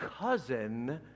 cousin